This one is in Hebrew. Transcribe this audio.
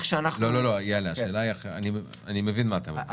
לא, יהלי, אני מבין מה אתה אומר,